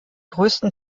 größten